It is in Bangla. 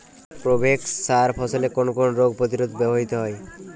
প্রোভেক্স সার ফসলের কোন কোন রোগ প্রতিরোধে ব্যবহৃত হয়?